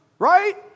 Right